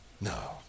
No